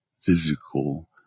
physical